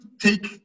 take